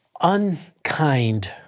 unkind